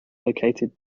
located